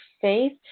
faith